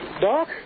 Doc